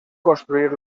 construir